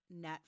Netflix